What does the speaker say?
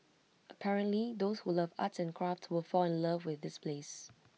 apparently those who love arts and crafts will fall in love with this place